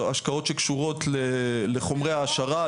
השקעות שקשורות לחומרי העשרה,